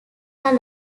are